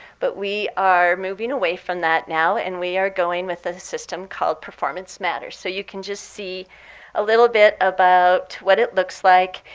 but we are moving away from that now. and we are going with a system called performance matters. so you can just see a little bit about what it looks like.